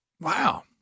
Wow